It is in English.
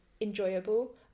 enjoyable